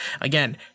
Again